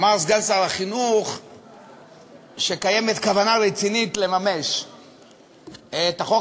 אמר סגן שר החינוך שקיימת כוונה רצינית לממש את החוק